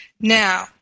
Now